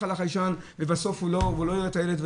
על החיישן ובסוף הוא לא יראה את הילד?